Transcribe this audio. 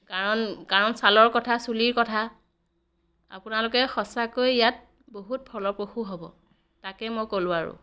কাৰণ কাৰণ ছালৰ কথা চুলিৰ কথা আপোনালোকে সঁচাকৈ ইয়াত বহুত ফলপ্ৰসূ হ'ব তাকেই মই ক'লোঁ আৰু